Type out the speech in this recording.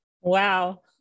Wow